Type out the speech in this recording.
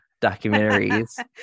documentaries